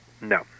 No